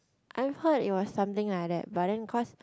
I've heard it was something like that but then cause